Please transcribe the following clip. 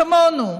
כמונו,